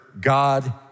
God